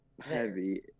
heavy